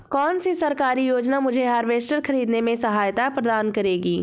कौन सी सरकारी योजना मुझे हार्वेस्टर ख़रीदने में सहायता प्रदान करेगी?